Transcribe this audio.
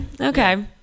Okay